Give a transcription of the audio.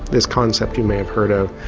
this concept you may have heard of,